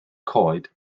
coed